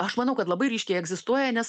aš manau kad labai ryškiai egzistuoja nes